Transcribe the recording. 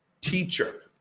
teacher